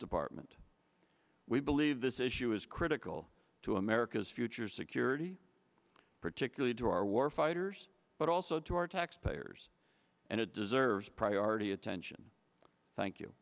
department we believe this issue is critical to america's future security particularly to our war fighters but also to our taxpayers and it deserves priority attention thank you